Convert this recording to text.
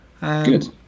Good